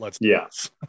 Yes